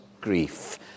grief